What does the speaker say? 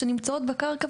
שנמצאות בקרקע,